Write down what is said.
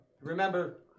Remember